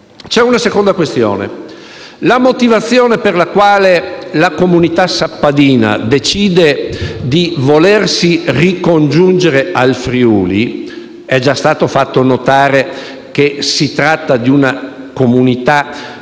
C'è una seconda questione. La motivazione per la quale la comunità sappadina decide di volersi ricongiungere al Friuli - è già stato fatto notare che si tratta di una comunità